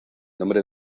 nombre